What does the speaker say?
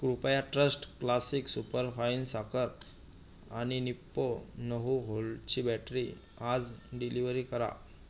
कृपया trust classic superfine साखर आणि निप्पो नऊ व्होल्टची बॅटरी आज डिलिव्हरी करा